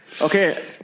okay